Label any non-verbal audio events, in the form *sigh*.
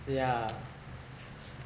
yeah *laughs*